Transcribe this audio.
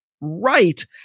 right